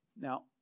now